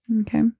Okay